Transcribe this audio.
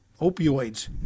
opioids